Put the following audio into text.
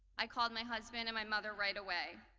i called my husband and my mother right away,